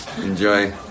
Enjoy